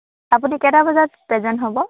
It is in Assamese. আপুনি কেইটা বজাত প্ৰেজেণ্ট হ'ব